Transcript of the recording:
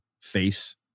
face